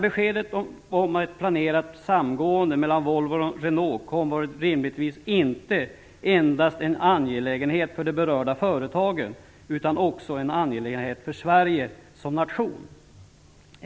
Volvo och Renault kom var det rimligtvis inte endast en angelägenhet för de berörda företagen utan också en angelägenhet för Sverige som nation.